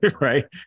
right